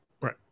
right